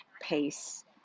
pace